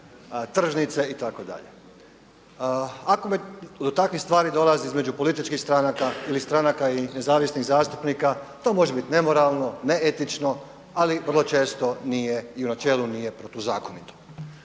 tržnice itd., do takvih stvari dolazi između političkih stranaka ili stranaka i nezavisnih zastupnika to može biti nemoralno, neetično, ali vrlo često nije i u načelu nije protuzakonito.